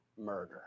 murder